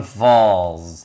falls